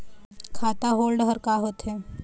खाता होल्ड हर का होथे?